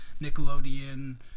Nickelodeon